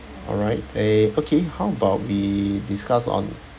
alright eh okay how about we discuss on